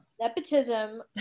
Nepotism